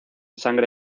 sangre